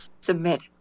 submit